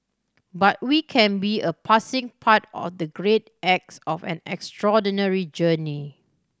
but we can be a passing part of the great acts of an extraordinary journey